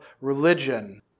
religion